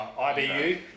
IBU